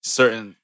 certain